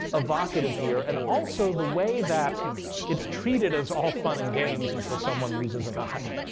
evocative here. and also, the way that it's treated as all fun and games until someone loses an eye.